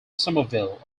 somerville